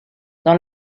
dans